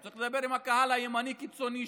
צריך לדבר עם הקהל הימני הקיצוני,